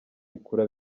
bikura